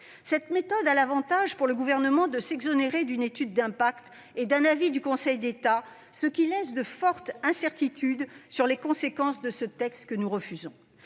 Cette méthode présente l'avantage pour lui de l'exonérer d'une étude d'impact et d'un avis du Conseil d'État, ce qui laisse de fortes incertitudes sur les conséquences de ce texte que nous refusons.